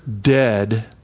dead